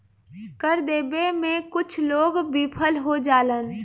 कर देबे में कुछ लोग विफल हो जालन